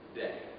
day